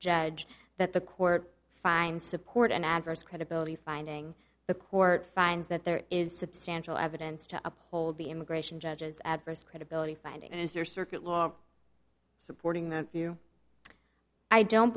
judge that the court finds support an adverse credibility finding the court finds that there is substantial evidence to uphold the immigration judges adverse credibility finding and circuit law supporting that view i don't